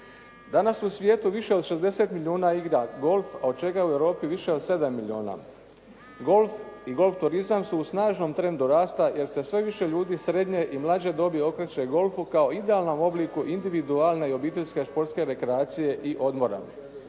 Danas u svijetu više od 60 milijuna igra golf, a od čega u Europi više od 7 milijuna. Golf i golf turizam su u snažnom trendu rasta jer se sve više ljudi srednje i mlađe dobi okreće golfu kao idealnom obliku individualne i obiteljske športske rekreacije i odmora.